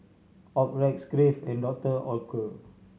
Optrex Crave and Doctor Oetker